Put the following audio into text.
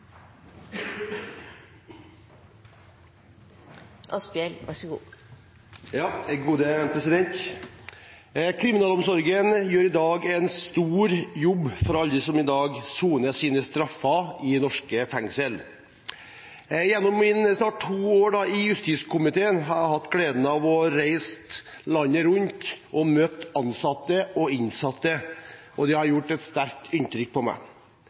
Kriminalomsorgen gjør i dag en stor jobb for alle som i dag soner sine straffer i norske fengsel. Gjennom mine snart to år i justiskomiteen har jeg hatt gleden av å ha reist landet rundt og møtt ansatte og innsatte, og det har gjort et sterkt inntrykk på meg.